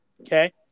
Okay